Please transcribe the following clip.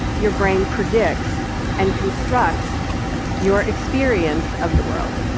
your brain predicts and constructs your experience of the world.